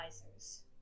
advisors